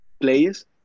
players